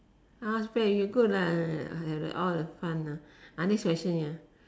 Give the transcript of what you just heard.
you good lah have all the fun ah next question ya